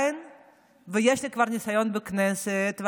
וכבר יש לי ניסיון בכנסת,